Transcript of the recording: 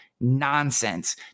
nonsense